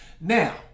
Now